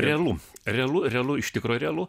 realu realu realu iš tikro realu